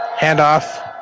Handoff